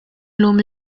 llum